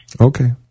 Okay